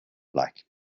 black